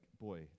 boy